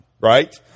right